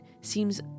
seems